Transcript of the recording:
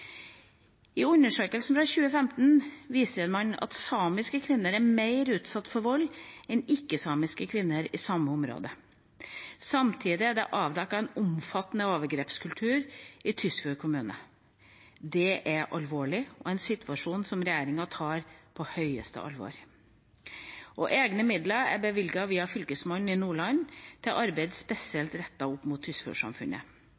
2015 viser man at samiske kvinner er mer utsatt for vold enn ikke-samiske kvinner i samme område. Samtidig er det avdekket en omfattende overgrepskultur i Tysfjord kommune. Det er alvorlig og en situasjon som regjeringa tar på det høyeste alvor, og egne midler er bevilget via Fylkesmannen i Nordland til arbeid